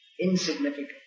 insignificant